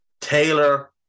Taylor